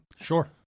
Sure